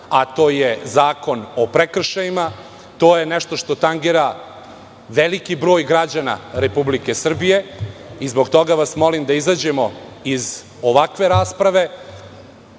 a to je Zakon o prekršajima. To je nešto što tangira veliki broj građana Republike Srbije i zbog toga vas molim da izađemo iz ovakve rasprave. Što